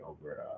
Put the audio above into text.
over